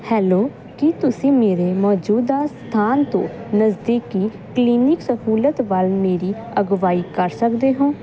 hello ਕੀ ਤੁਸੀਂ ਮੇਰੇ ਮੌਜੂਦਾ ਸਥਾਨ ਤੋਂ ਨਜ਼ਦੀਕੀ ਕਲੀਨਿਕ ਸਹੂਲਤ ਵੱਲ ਮੇਰੀ ਅਗਵਾਈ ਕਰ ਸਕਦੇ ਹੋ